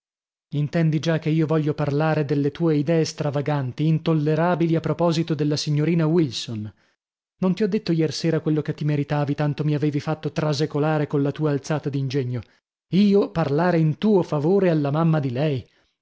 intendi già che io voglio parlare delle tue idee stravaganti intollerabili a proposito della signorina wilson non ti ho detto iersera quello che ti meritavi tanto mi avevi fatto trasecolare colla tua alzata d'ingegno io parlare in tuo favore alla mamma di lei